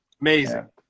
Amazing